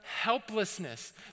helplessness